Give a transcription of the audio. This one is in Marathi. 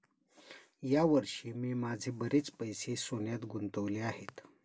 या वर्षी मी माझे बरेच पैसे सोन्यात गुंतवले आहेत